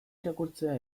irakurtzea